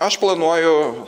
aš planuoju